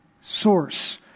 source